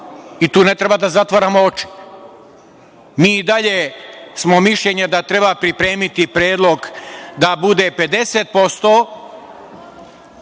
i tu ne treba da zatvaramo oči. Mi i dalje smo mišljenja da treba pripremiti predlog da bude 50%